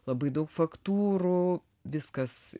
labai daug faktūrų viskas